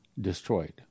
destroyed